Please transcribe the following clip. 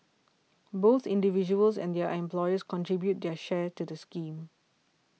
both individuals and their employers contribute their share to the scheme